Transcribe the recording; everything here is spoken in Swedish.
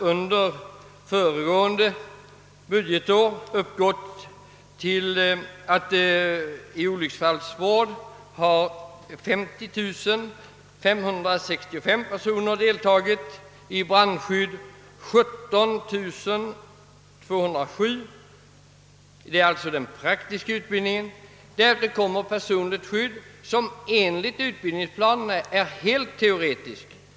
Under föregående budgetår deltog i kurserna i olycksfallsvård 50 565 personer och i kurserna i brandskydd 17 207 personer. Därtill kommer utbildningen i personligt skydd, som enligt kursplanerna är en helt teoretisk utbildning.